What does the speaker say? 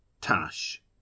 Tash